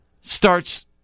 starts